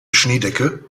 schneedecke